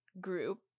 group